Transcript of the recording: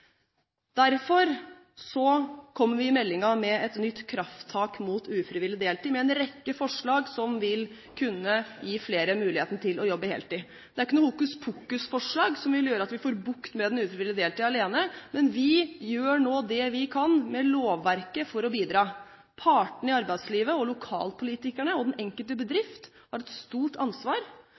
Derfor kommer vi i meldingen med et nytt krafttak mot ufrivillig deltid, med en rekke forslag som vil kunne gi flere muligheten til å jobbe heltid. Det er ikke noen hokuspokusforslag som vil gjøre at vi får bukt med den ufrivillige deltiden alene, men vi gjør nå det vi kan med lovverket for å bidra. Partene i arbeidslivet, lokalpolitikerne og den enkelte bedrift har et stort ansvar,